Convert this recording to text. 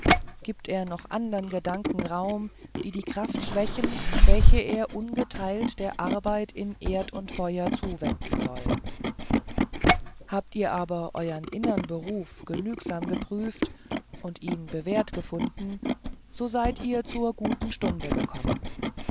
gibt er noch andern gedanken raum die die kraft schwächen welche er ungeteilt der arbeit in erd und feuer zuwenden soll habt ihr aber euern innern beruf genugsam geprüft und ihn bewährt gefunden so seid ihr zur guten stunde gekommen